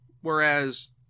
Whereas